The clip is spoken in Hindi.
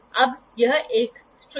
यहां एक एंगल है और यहां सब डिवीजन है